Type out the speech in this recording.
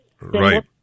Right